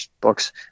books